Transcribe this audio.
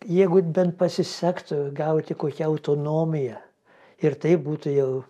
jeigu bent pasisektų gauti kokią autonomiją ir tai būtų jau